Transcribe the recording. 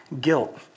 guilt